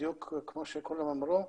בדיוק, כמו שכולם אמרו,